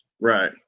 right